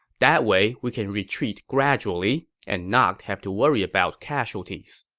that way, we can retreat gradually and not have to worry about casualties.